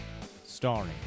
Starring